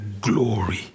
glory